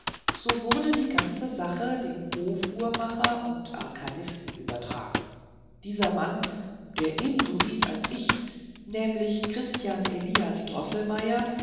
so wurde die ganze sache dem hofuhrmacher und arkanisten übertragen dieser mann der ebenso hieß als ich nämlich christian elias